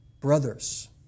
Brothers